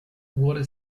wurde